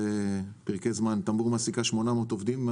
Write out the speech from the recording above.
טמבור מעסיקה 800 עובדים,